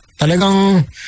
Talagang